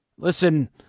Listen